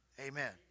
Amen